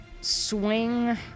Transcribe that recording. swing